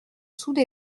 soude